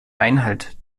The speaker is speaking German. einhalt